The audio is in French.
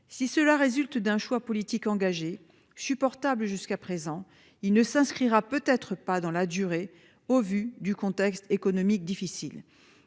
si cela résulte d'un choix politique engagée supportable. Jusqu'à présent il ne s'inscrira peut être pas dans la durée au vu du contexte économique difficile.